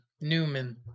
Newman